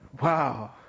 Wow